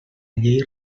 llei